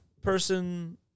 person